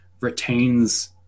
retains